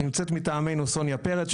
נמצאת מטעמנו סוניה פרץ.